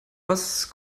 was